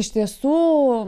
iš tiesų